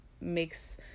makes